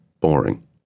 boring